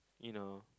you know